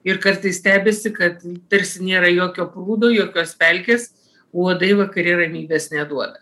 ir kartais stebisi kad tarsi nėra jokio prūdo jokios pelkės uodai vakare ramybės neduoda